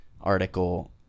article